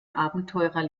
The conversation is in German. abenteurer